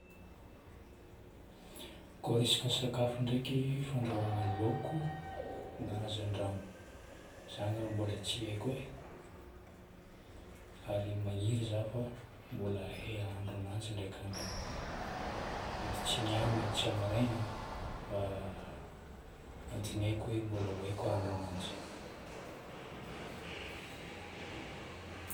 Koa resaka sakafo ndraiky, fandrahoagna laoko na hazandrano. Zagny rô mbôla tsy haiko e. Ary magniry zaho fô mbola hahandro ananjy ndraika andro any. Mety tsy niany mety tsy amaraigna fa antignaiko hoe mbola ho haiko hahandro ananjy.